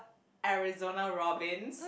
Arizona Robbins